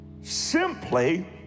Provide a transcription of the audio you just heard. Simply